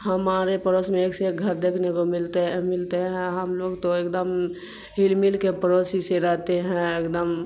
ہمارے پڑوس میں ایک سے ایک گھر دیکھنے کو ملتے ملتے ہیں ہم لوگ تو ایک دم ہل مل کے پڑوسی سے رہتے ہیں ایک دم